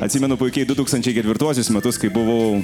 atsimenu puikiai du tūkstančiai ketvirtuosius metus kai buvau